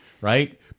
right